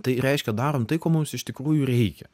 tai reiškia darom tai ko mums iš tikrųjų reikia